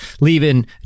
leaving